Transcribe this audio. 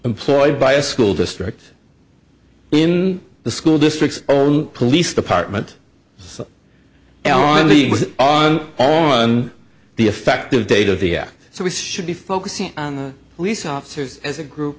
employed by a school district in the school district's own police department so allan levy was on the effective date of the act so we should be focusing on the police officers as a group